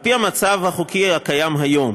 על-פי המצב החוקי הקיים היום,